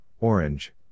Orange